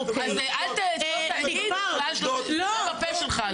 --- את הפה שלך על זה.